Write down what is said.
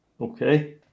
Okay